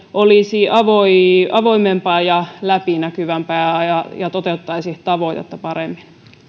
olisi avoimempaa ja läpinäkyvämpää ja ja toteuttaisi tavoitetta paremmin